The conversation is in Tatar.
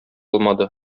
алмады